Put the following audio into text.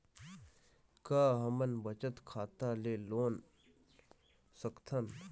का हमन बचत खाता ले लोन सकथन?